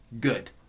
good